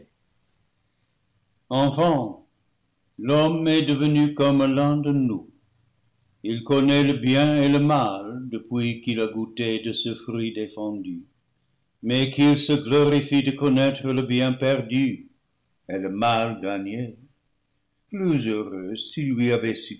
l'homme est devenu comme l'un de nous il con naît le bien et le mal depuis qu'il a goûté de ce fruit défendu mais qu'il se glorifie de connaître le bien perdu et le mal gagné plus heureux s'il lui avait